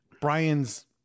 Brian's